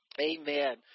Amen